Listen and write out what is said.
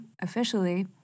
officially